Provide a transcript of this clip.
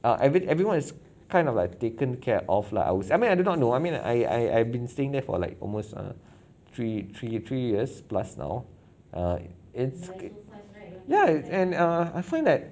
err every everyone is kind of like taken care of lah I would say I mean I do not know I mean I I I've been staying there for like almost err three three three years plus now err it's good ya it and err I find that